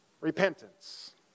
repentance